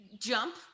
jump